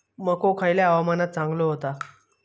मको खयल्या हवामानात चांगलो होता?